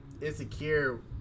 insecure